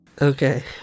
Okay